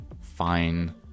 fine